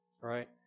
right